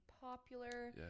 popular